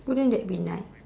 wouldn't that be nice